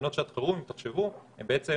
תקנות שעת חירום הן בעצם